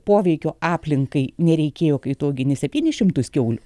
poveikio aplinkai nereikėjo kai tu augini septynis šimtus kiaulių